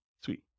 Sweet